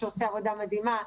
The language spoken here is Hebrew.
שעושה עבודה מדהימה,